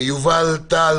החלטה,